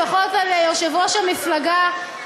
לפחות על יושב-ראש המפלגה,